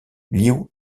liu